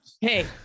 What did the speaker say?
hey